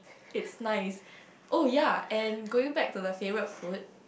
it's nice oh ya and going back to the favorite food